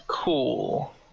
cool